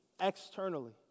externally